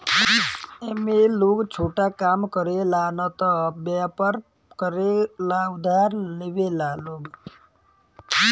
ए में लोग छोटा काम करे ला न त वयपर करे ला उधार लेवेला लोग